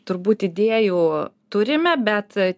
turbūt idėjų turime bet